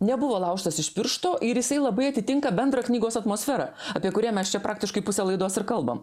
nebuvo laužtas iš piršto ir jisai labai atitinka bendrą knygos atmosferą apie kurią mes čia praktiškai pusę laidos ir kalbam